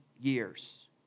years